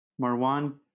Marwan